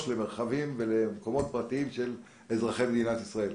למרחבים ולמקומות פרטיים של אזרחי מדינת ישראל,